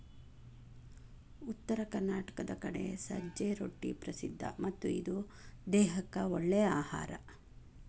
ಉತ್ತರ ಕರ್ನಾಟಕದ ಕಡೆ ಸಜ್ಜೆ ರೊಟ್ಟಿ ಪ್ರಸಿದ್ಧ ಮತ್ತ ಇದು ದೇಹಕ್ಕ ಒಳ್ಳೇ ಅಹಾರಾ